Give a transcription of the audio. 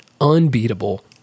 unbeatable